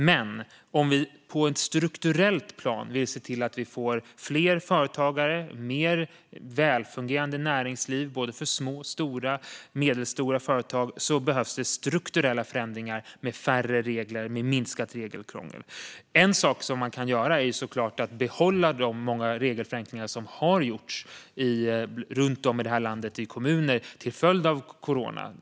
Men om vi vill få fler företagare och ett mer välfungerande näringsliv för både små, stora och medelstora företag behövs det strukturella förändringar med färre regler och minskat regelkrångel. En sak som man kan göra är såklart att behålla de många regelförenklingar som har gjorts i kommuner runt om i landet till följd av corona.